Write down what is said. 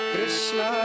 Krishna